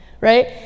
right